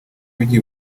rujya